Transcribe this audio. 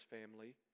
family